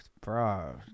Bro